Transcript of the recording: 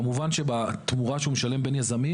כמובן שבתמורה שהוא משלם בין יזמים